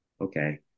Okay